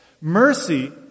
Mercy